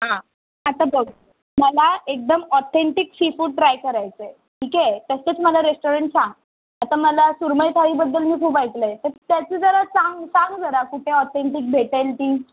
हां आता बघ मला एकदम ऑथेंटिक सीफूड ट्राय करायचं आहे ठीक आहे तसंच मला रेस्टॉरंट सांग आता मला सुरमई थाळीबद्दल मी खूप ऐकलं आहे तर त्याची जरा सांग सांग जरा कुठे ऑथेंटिक भेटेल ती